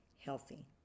healthy